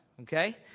okay